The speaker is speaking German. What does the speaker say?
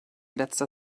letzter